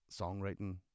songwriting